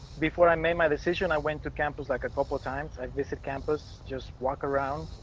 before i made my decision. i went to campus like a couple of times i visit campus just walk around,